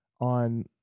on